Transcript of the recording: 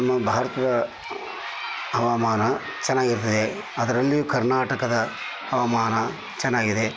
ನಮ್ಮ ಭಾರತದ ಹವಾಮಾನ ಚೆನ್ನಾಗಿರ್ತದೆ ಅದರಲ್ಲಿಯೂ ಕರ್ನಾಟಕದ ಹವಾಮಾನ ಚೆನ್ನಾಗಿದೆ